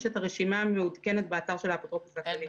יש רשימה מעודכנת באתר של האפוטרופוס הכללי.